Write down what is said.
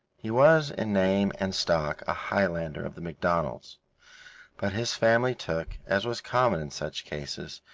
he was in name and stock a highlander of the macdonalds but his family took, as was common in such cases,